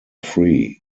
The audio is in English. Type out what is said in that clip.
free